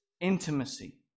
intimacy